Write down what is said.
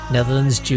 Netherlands